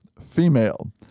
female